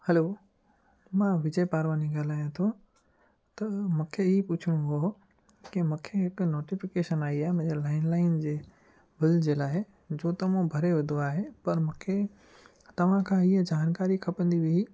हलो मां विजय पारवानी ॻाल्हायां थो त मूंखे ही पुछिणो हुओ कि मूंखे हिक नोटीफ़िकेशन आईं आहे मुंहिंजे लैंडलाइन जे बिल जे लाइ जो त मूं भरे विधो आहे पर मूंखे तव्हां खां इहा जानकारी खपंदी हुई